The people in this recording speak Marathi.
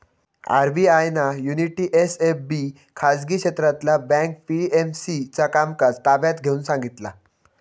आर.बी.आय ना युनिटी एस.एफ.बी खाजगी क्षेत्रातला बँक पी.एम.सी चा कामकाज ताब्यात घेऊन सांगितला